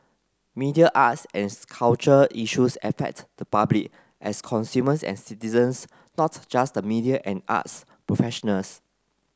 media arts and culture issues affect the public as consumers and citizens not just the media and arts professionals